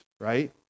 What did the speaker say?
right